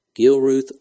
Gilruth